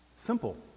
simple